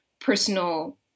personal